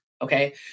Okay